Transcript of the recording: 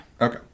Okay